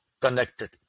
connected